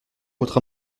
votre